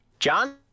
John